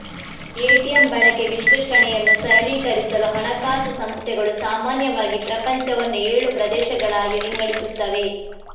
ATM ಬಳಕೆ ವಿಶ್ಲೇಷಣೆಯನ್ನು ಸರಳೀಕರಿಸಲು ಹಣಕಾಸು ಸಂಸ್ಥೆಗಳು ಸಾಮಾನ್ಯವಾಗಿ ಪ್ರಪಂಚವನ್ನು ಏಳು ಪ್ರದೇಶಗಳಾಗಿ ವಿಂಗಡಿಸುತ್ತವೆ